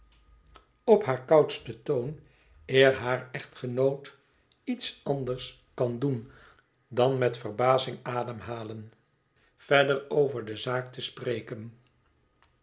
op haar koudsten toon eer haar echtgenoot iets anders kan doen dan met verbazing ademhalen verder over de zaak te spreken